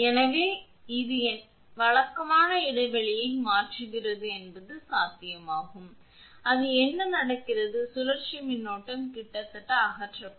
எனவே இது என்ன வழக்கமான இடைவெளியை மாற்றுகிறது என்பது சாத்தியமாகும் அப்போது என்ன நடக்கிறது சுழற்சி மின்னோட்டம் கிட்டத்தட்ட அகற்றப்படும்